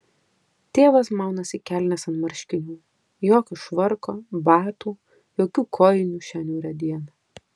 tėvas maunasi kelnes ant marškinių jokio švarko batų jokių kojinių šią niūrią dieną